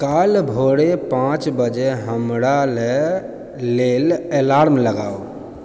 काल्हि भोरे पाँच बजे हमरा लए लेल अलार्म लगाउ